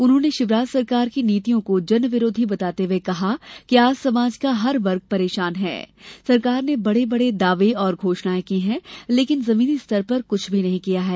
उन्होंने शिवराज सरकार की नीतियों को जनविरोधी बताते हुए कहा कि आज समाज का हर वर्ग परेशान है सरकार ने बड़े बड़े दावे और घोषणाएं की हैं लेकिन जमीनी स्तर पर कृछ नहीं किया है